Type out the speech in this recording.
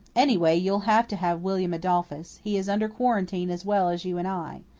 anyway, you'll have to have william adolphus. he is under quarantine as well as you and i.